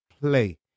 play